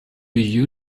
you